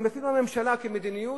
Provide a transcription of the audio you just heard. אפילו הממשלה כמדיניות,